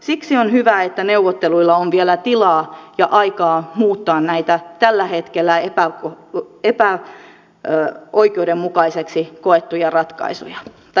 siksi on hyvä että neuvotteluilla on vielä tilaa ja aikaa muuttaa näitä tällä hetkellä epäoikeudenmukaisiksi koettuja ratkaisuvaihtoehtoja